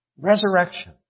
Resurrection